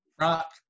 Rock